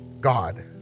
God